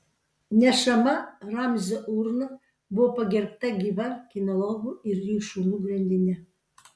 nešama ramzio urna buvo pagerbta gyva kinologų ir jų šunų grandine